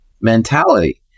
mentality